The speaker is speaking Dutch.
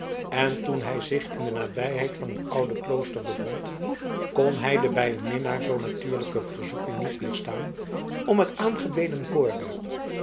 dan toen hij zich in de nabijheid van het oude klooster bevond kon hij de bij een minnaar zoo natuurlijke verzoeking niet weerstaan om het aangebeden voorwerp